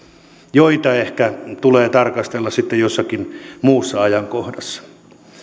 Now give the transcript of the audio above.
joita ehkä tulee tarkastella sitten jossakin muussa ajankohdassa